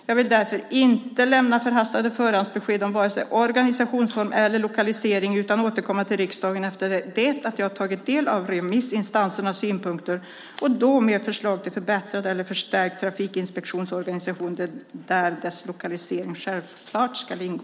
Jag vill därför inte lämna förhastade förhandsbesked om vare sig organisationsform eller lokalisering utan återkomma till riksdagen efter det att jag tagit del av remissinstansernas synpunkter, och då med förslag till förbättrad eller förstärkt trafikinspektionsorganisation där dess lokalisering självklart ska ingå.